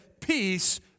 peace